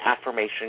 affirmation